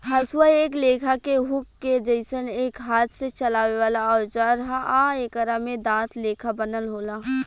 हसुआ एक लेखा के हुक के जइसन एक हाथ से चलावे वाला औजार ह आ एकरा में दांत लेखा बनल होला